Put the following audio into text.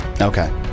Okay